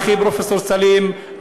פעם נוספת, פרופ' סלים חאג'